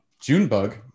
Junebug